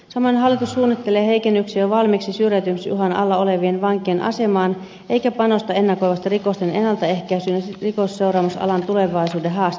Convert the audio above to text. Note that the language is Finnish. samoin hallitus suunnittelee heikennyksiä jo valmiiksi syrjäytymisuhan alla olevien vankien asemaan eikä panosta ennakoivasti rikosten ennaltaehkäisyyn ja rikosseuraamusalan tulevaisuuden haasteisiin